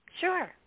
Sure